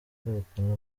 kwerekana